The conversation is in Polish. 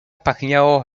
pachniało